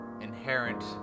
inherent